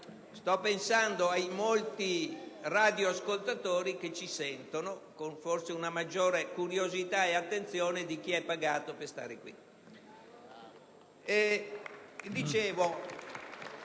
sto pensando ai molti radioascoltatori che ci sentono, con maggiore curiosità e attenzione forse di chi è pagato per stare qui.